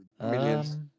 millions